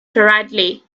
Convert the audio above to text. directly